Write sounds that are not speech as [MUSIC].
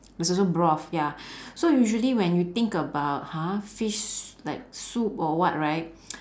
there's also broth ya [BREATH] so usually when you think about !huh! fish s~ like soup or what right [NOISE]